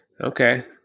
Okay